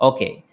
Okay